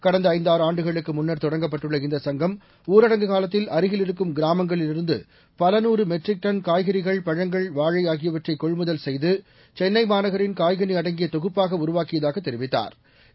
வடந்த ஐந்து ஆறு ஆண்டுகளுக்கு முன்னா தொடங்கப்பட்டுள்ள இந்த சங்கம் ஊரடங்கு காலத்தில் அருகில் இருக்கும் கிராமங்களிலிருந்து பலநூறு மெட்ரிக் கடன் காய்கறிகள் பழங்கள் வானழ ஆகியவற்றை கொள்முதல் செய்து சென்னை மாநகரின் காய்கனி அடங்கிய தொகுப்பாக உருவாக்கியதாகத் தெரிவித்தாா்